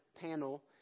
panel